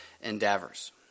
endeavors